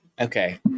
Okay